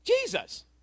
jesus